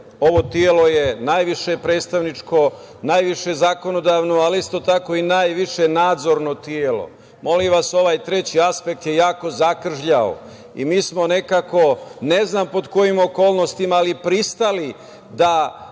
ovo telo je najviše predstavničko, najviše zakonodavno ali isto tako i najviše nadzorno telo. Molim vas, ovaj treći aspekt je jako zakržljao. Mi smo nekako, ne znam pod kojim okolnostima, ali pristali da